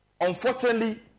unfortunately